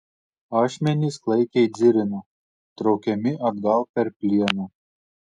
ašmenys klaikiai dzirino traukiami atgal per plieną